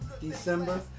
December